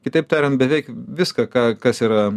kitaip tariant beveik viską ką kas yra